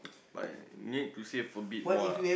but need to save for a bit more lah